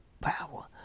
power